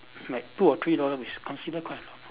like two or three dollar is consider quite